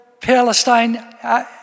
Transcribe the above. Palestine